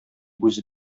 үзе